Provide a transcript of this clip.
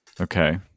Okay